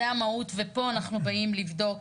זה המהות ופה אנחנו באים לבדוק.